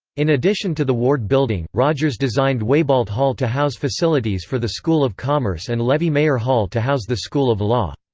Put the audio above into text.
in addition to the ward building, rogers designed wieboldt hall to house facilities for the school of commerce and levy mayer hall to house the school of law.